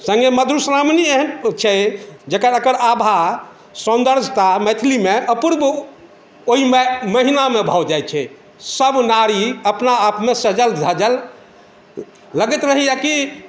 सङ्गे मधुश्रावणी एहन छै जकर एकर आभा सौन्दर्यता मैथिलीमे अपूर्व ओहिमे महिनामे भऽ जाइ छै सब नारी अपना आपमे सजल धजल लगैत रहैए कि